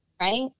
right